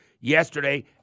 Yesterday